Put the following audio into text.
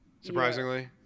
surprisingly